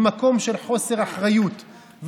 ממקום של חוסר אחריות,